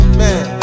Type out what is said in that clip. man